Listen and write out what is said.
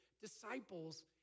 Disciples